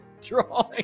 drawing